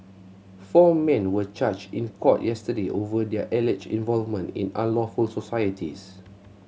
four men were charged in court yesterday over their alleged involvement in unlawful societies